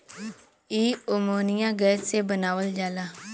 इ ammonia gas से बनावल जाला